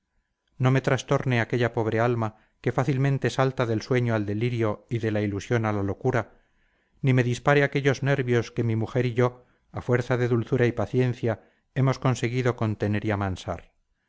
no me trastorne aquella pobre alma que fácilmente salta del sueño al delirio y de la ilusión a la locura ni me dispare aquellos nervios que mi mujer y yo a fuerza de dulzura y paciencia hemos conseguido contener y amansar